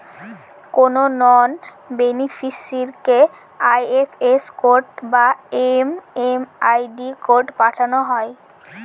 কোনো নন বেনিফিসিরইকে IFS code বা এম.এম.আই.ডি কোড পাঠানো হয়